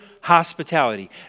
hospitality